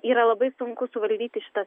yra labai sunku suvaldyti šitas